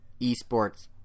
esports